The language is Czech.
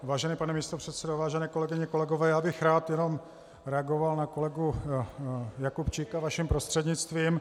Vážený pane místopředsedo, vážené kolegyně, kolegové, já bych rád jenom reagoval na kolegu Jakubčíka, vaším prostřednictvím.